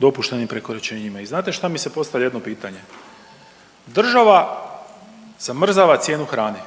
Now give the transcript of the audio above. dopuštenim prekoračenjima i znate šta mi se postavlja jedno pitanje. Država zamrzava cijenu hrane,